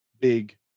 big